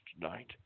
tonight